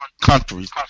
countries